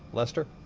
lester?